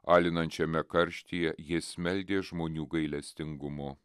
alinančiame karštyje jis meldė žmonių gailestingumo